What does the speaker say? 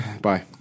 Bye